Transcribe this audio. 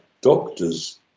doctor's